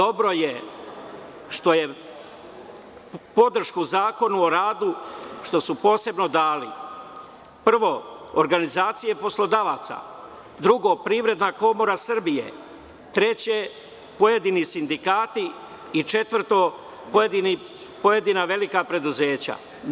Dobro je što su podršku Zakonu o radu posebno dali, prvo organizacije poslodavaca, drugo Privredna komora Srbije, treće pojedini sindikati i četvrto pojedina velika preduzeća.